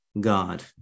God